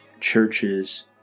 churches